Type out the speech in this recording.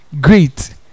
great